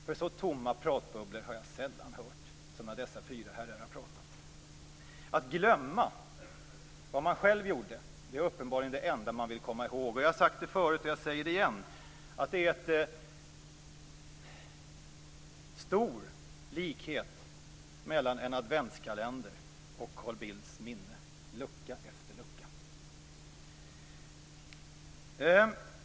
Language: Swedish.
För så tomma pratbubblor har jag sällan hört som när dessa fyra herrar har pratat. Att glömma vad de själva gjorde är uppenbarligen det enda som de vill komma ihåg. Och jag har sagt det förut, och jag säger det igen, nämligen att det är en stor likhet mellan en adventskalender och Carl Bildts minne - lucka efter lucka.